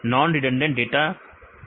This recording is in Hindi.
नॉन रिडंडेंट डाटा से क्या होता है